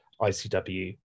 icw